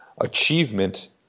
Achievement